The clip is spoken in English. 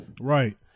Right